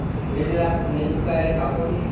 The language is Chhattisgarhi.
ऋण ला नई चुकाए ले का होही?